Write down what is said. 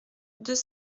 deux